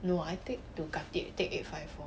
no I take to khatib take eight five four